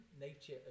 nature